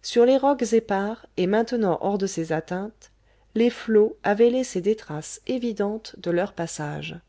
sur les rocs épars et maintenant hors de ses atteintes les flots avaient laissé des traces évidentes de leur passage